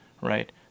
right